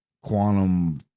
quantum